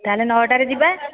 ତା'ହେଲେ ନଅଟାରେ ଯିବା